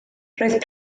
roedd